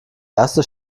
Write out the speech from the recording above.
erste